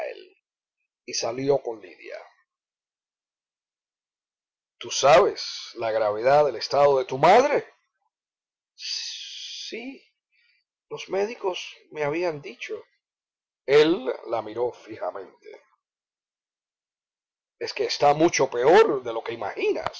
y salió con lidia tú sabes la gravedad del estado de tu madre sí los médicos me habían dicho el la miró fijamente es que está mucho peor de lo que imaginas